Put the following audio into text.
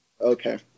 Okay